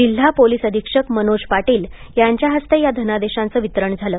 जिल्हा पोलिस अधीक्षक मनोज पाटील यांच्या हस्ते या धनादेशांचं वितरण झालं